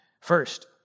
First